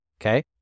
okay